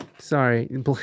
sorry